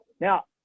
Now